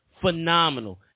Phenomenal